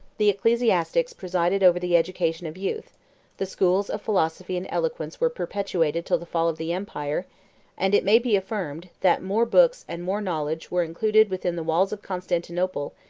the ecclesiastics presided over the education of youth the schools of philosophy and eloquence were perpetuated till the fall of the empire and it may be affirmed, that more books and more knowledge were included within the walls of constantinople,